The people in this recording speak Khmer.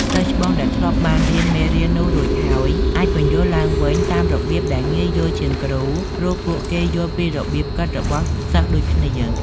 សិស្សច្បងដែលធ្លាប់បានរៀនមេរៀននោះរួចហើយ អាចពន្យល់ឡើងវិញតាមរបៀបដែលងាយយល់ជាងគ្រូ ព្រោះពួកគេយល់ពីរបៀបគិតរបស់សិស្សដូចគ្នា។